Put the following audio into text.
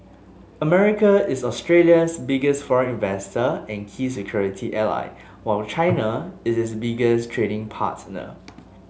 America is Australia's biggest foreign investor and key security ally while China is its biggest trading partner